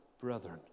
brethren